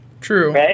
True